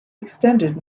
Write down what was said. extended